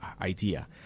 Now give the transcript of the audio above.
idea